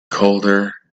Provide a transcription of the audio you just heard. colder